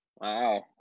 Wow